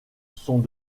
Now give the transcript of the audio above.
sont